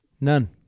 None